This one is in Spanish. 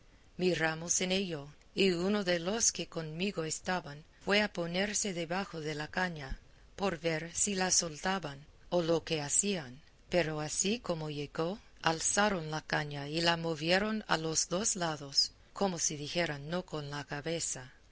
tomarla miramos en ello y uno de los que conmigo estaban fue a ponerse debajo de la caña por ver si la soltaban o lo que hacían pero así como llegó alzaron la caña y la movieron a los dos lados como si dijeran no con la cabeza